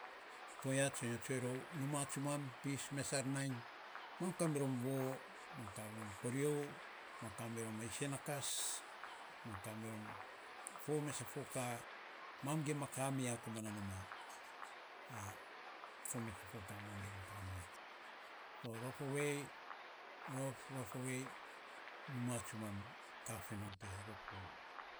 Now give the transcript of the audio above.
To ya sa nyo tsue rou, numa tsumam pis, mes sen nainy, mam kamirom voo, mam kamirom koreu kamirom a isen a kas, mam kamirom a fo mes a fokaa ioka mam gima kami ya komana numa, rof rof ovei. Gov rof ovei numa tsumam kafinon to ya rof ovei.